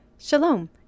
Shalom